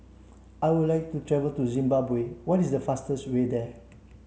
I would like to travel to Zimbabwe what is the fastest way there